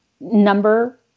Number